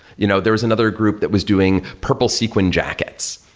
you know there's another group that was doing purple sequin jackets.